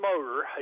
motor